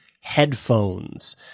headphones